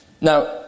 Now